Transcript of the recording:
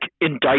indict